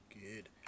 good